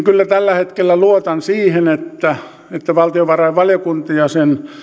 kyllä tällä hetkellä luotan siihen että että valtiovarainvaliokunta ja sen